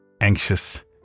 anxious